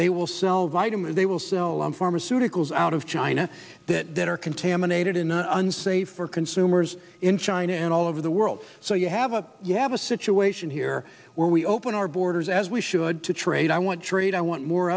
they will sell vitamins they will sell on pharmaceuticals out of china that are contaminated in an unsafe for consumers in china and all over the world so you have a you have a situation here where we open our borders as we should to trade i want trade i want more